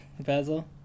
Basil